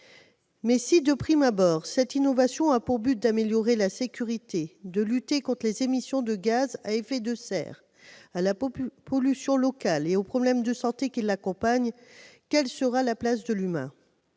Si, de prime abord, cette innovation a pour objectif d'améliorer la sécurité, de réduire les émissions de gaz à effet de serre, la pollution locale et les problèmes de santé qui l'accompagnent, quelle sera cependant la place de l'humain ?